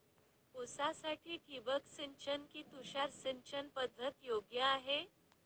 ऊसासाठी ठिबक सिंचन कि तुषार सिंचन पद्धत योग्य आहे?